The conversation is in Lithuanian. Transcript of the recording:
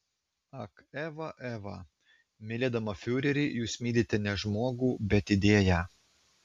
ak eva eva mylėdama fiurerį jūs mylite ne žmogų bet idėją